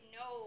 no